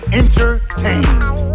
entertained